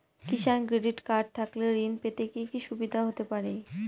কিষান credit card থাকলে ঋণ পেতে কি কি সুবিধা হতে পারে?